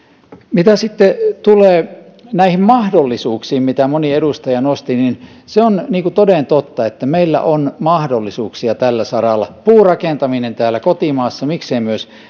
mitä sitten tulee näihin mahdollisuuksiin mitä moni edustaja nosti niin se on toden totta että meillä on mahdollisuuksia tällä saralla puurakentaminen täällä kotimaassa miksei myös